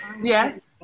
Yes